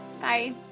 Bye